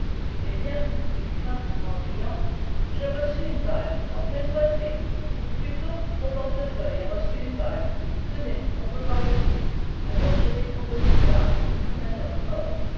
eh bien dit lupin en riant j'ai reçu une balle en pleine poitrine ou plutôt mon portefeuille a reçu une balle tenez on peut voir le trou alors j'ai dégringolé de l'arbre comme un homme mort